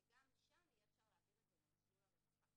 שגם שם יהיה אפשר להעביר את הזה למסלול הרווחה.